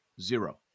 Zero